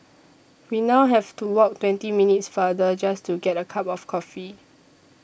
we now have to walk twenty minutes farther just to get a cup of coffee